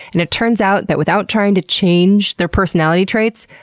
and it turns out that without trying to change their personality traits,